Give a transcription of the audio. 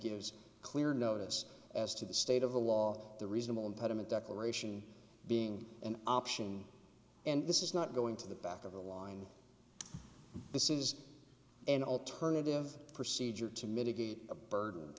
gives clear notice as to the state of the law the reasonable impediment declaration being an option and this is not going to the back of the line this is an alternative procedure to mitigate a burden